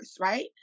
right